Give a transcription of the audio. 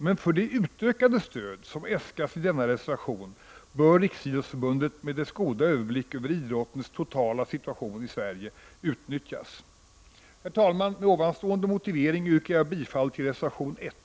Men för det utökade stöd som äskas i denna reservation bör Riksidrottsförbundet med dess goda överblick över idrottens totala situation i Sverige utnyttjas. Herr talman! Med ovanstående motivering yrkar jag bifall till reservation 1;